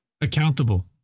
Accountable